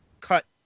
cut